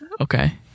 okay